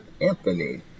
Anthony